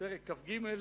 בפרק כ"ג,